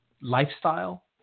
lifestyle